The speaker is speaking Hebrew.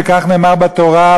וכך נאמר בתורה,